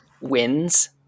wins